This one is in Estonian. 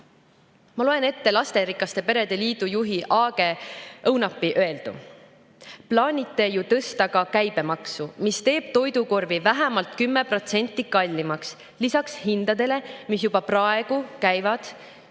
loen ette lasterikaste perede liidu juhi Aage Õunapi öeldu: "Plaanite ju tõsta ka käibemaksu, mis teeb toidukorvi vähemalt 10 protsenti kallimaks lisaks hindadele, mis juba praegu käivad